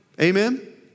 amen